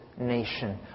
nation